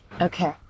Okay